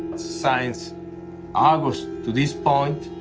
since august to this point,